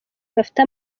gafite